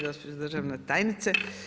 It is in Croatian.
Gospođo državna tajnice.